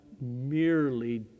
merely